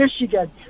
Michigan